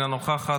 אינה נוכחת,